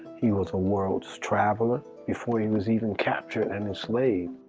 he was a world's traveler before he was even captured and enslaved.